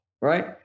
Right